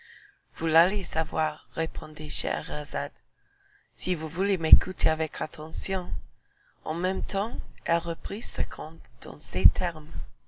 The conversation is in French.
vous l'allez savoir répondit scheherazade si vous voulez m'écouter avec attention en même temps elle reprit ce conte dans ces termes